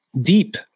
deep